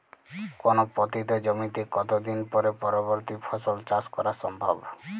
কোনো পতিত জমিতে কত দিন পরে পরবর্তী ফসল চাষ করা সম্ভব?